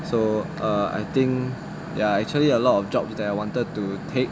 so err I think ya are actually a lot of jobs that I wanted to take